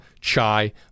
chai